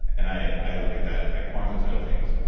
and i i look at that, the quantum side of things,